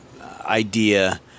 idea